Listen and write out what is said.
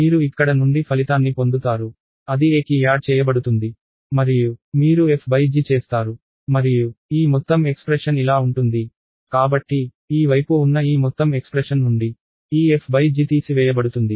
మీరు ఇక్కడ నుండి ఫలితాన్ని పొందుతారు అది a కి యాడ్ చేయబడుతుంది మరియు మీరు f g చేస్తారు మరియు ఈ మొత్తం ఎక్స్ప్రెషన్ ఇలా ఉంటుంది కాబట్టి ఈ వైపు ఉన్న ఈ మొత్తం ఎక్స్ప్రెషన్ నుండి ఈ f g తీసివేయబడుతుంది